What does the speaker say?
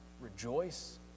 rejoice